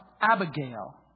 Abigail